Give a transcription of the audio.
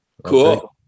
Cool